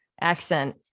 accent